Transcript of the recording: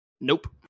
Nope